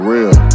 Real